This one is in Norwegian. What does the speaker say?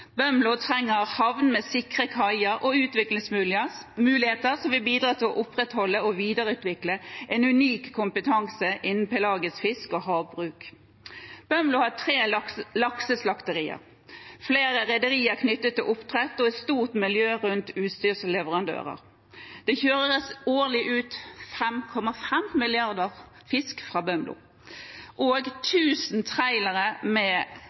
Bømlo trenger havn med sikre kaier og utviklingsmuligheter som vil bidra til å opprettholde og videreutvikle en unik kompetanse innen pelagisk fisk og havbruk. Bømlo har tre lakseslakterier, flere rederier knyttet til oppdrett og et stort miljø rundt utstyrsleverandører. Det kjøres årlig ut 5,5 milliarder fisk fra Bømlo, og 1 000 trailere med